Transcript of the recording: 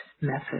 method